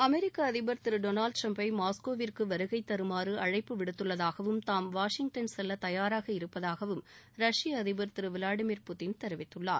அமெரிக்க அதிபர் திரு டொனால்டு டிரம்பை மாஸ்கோவிற்கு வருகை தருமாறு அழைப்பு விடுத்துள்ளதாகவும் தாம் வாஷிங்டன் செல்ல தயாராக இருப்பதாகவும் ரஷ்ய அதிபர் திரு விளாடிமிர் புட்டின் தெரிவித்துள்ளார்